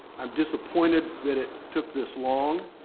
i'm disappointed that it took this long.